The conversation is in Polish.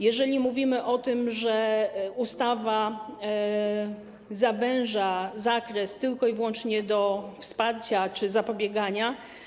Jeżeli chodzi o to, czy ustawa zawęża zakres tylko i wyłącznie do wsparcia czy zapobiegania.